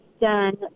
done